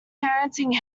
parenting